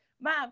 mom